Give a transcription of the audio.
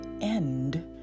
end